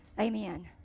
Amen